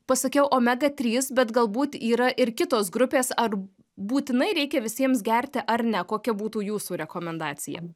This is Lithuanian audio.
pasakiau omega trys bet galbūt yra ir kitos grupės ar būtinai reikia visiems gerti ar ne kokia būtų jūsų rekomendacija